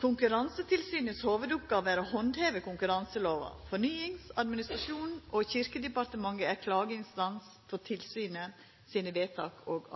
Konkurransetilsynets hovudoppgåve er å handheva konkurranselova. Fornyings-, administrasjons- og kyrkjedepartementet er klageinstans for tilsynet sine vedtak og